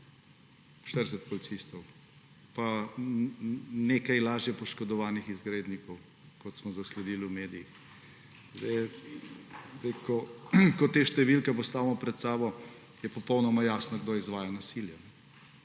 40 policistov pa nekaj lažje poškodovanih izgrednikov, kot smo zasledili v medijih. Ko te številke postavimo pred sabo, je popolnoma jasno, kdo izvaja nasilje.